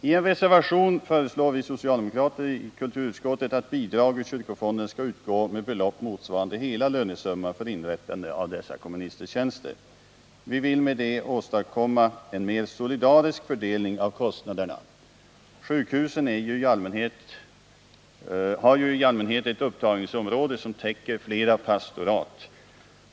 I en reservation föreslår vi socialdemokrater i kulturutskottet att bidrag ur kyrkofonden skall utgå med belopp motsvarande hela lönesumman för inrättande av dessa komministertjänster. Vi vill med detta åstadkomma en mera solidarisk fördelning av kostnaderna. Sjukhusen har ju i allmänhet ett upptagningsområde som täcker flera pastorat.